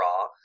raw